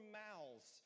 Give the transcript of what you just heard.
mouths